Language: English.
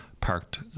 parked